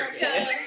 America